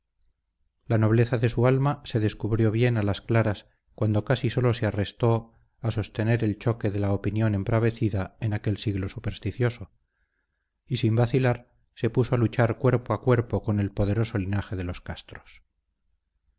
la nobleza de su alma se descubrió bien a las claras cuando casi sólo se arrestó a sostener el choque de la opinión embravecida en aquel siglo supersticioso y sin vacilar se puso a luchar cuerpo a cuerpo con el poderoso linaje de los castros